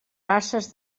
races